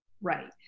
Right